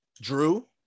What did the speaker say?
Drew